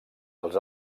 els